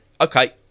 okay